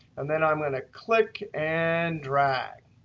and then i'm going to click and drag.